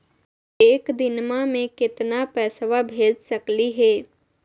एक दिनवा मे केतना पैसवा भेज सकली हे?